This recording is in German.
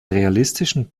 realistischen